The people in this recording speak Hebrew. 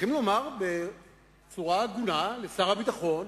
צריכים לומר בצורה הגונה לשר הביטחון: